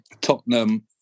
Tottenham